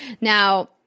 Now